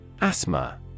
Asthma